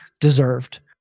deserved